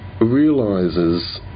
realizes